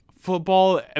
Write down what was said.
football